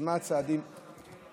אני סומך עליך שאתה מכיר את התקנות.